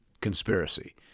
conspiracy